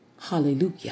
hallelujah